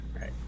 right